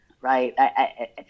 right